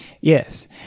yes